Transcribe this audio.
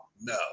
No